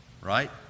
right